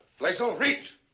blaisdell, reach.